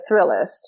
Thrillist